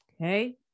Okay